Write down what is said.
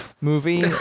movie